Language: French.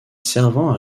servant